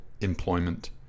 employment